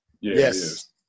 yes